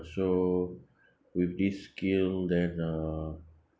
so with this skill then uh